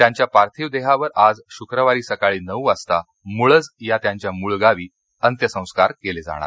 त्यांच्या पार्थिव देहावर आज शुक्रवारी सकाळी नऊ वाजता मुळज या त्यांच्या मूळ गावी अंत्यसंस्कार केले जाणार आहेत